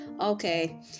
Okay